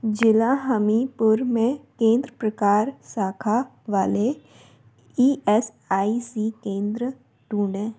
जिला हमीपुर में केंद्र प्रकार शाखा वाले ई एस आई सी केंद्र ढूँढें